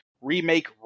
remake